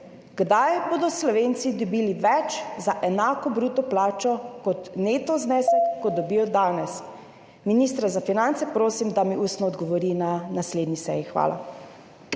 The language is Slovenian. Kdaj bodo Slovenci dobili več za enako bruto plačo kot neto znesek, kot dobijo danes? Ministra za finance prosim, da mi ustno odgovori na naslednji seji. Hvala.